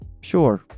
sure